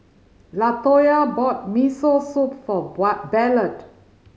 Latoya bought Miso Soup for Ballard